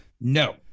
No